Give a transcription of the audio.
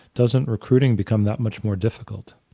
doesn't recruiting become that much more difficult?